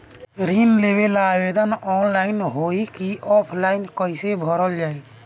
ऋण लेवेला आवेदन ऑनलाइन होई की ऑफलाइन कइसे भरल जाई?